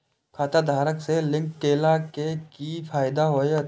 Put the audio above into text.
खाता आधार से लिंक केला से कि फायदा होयत?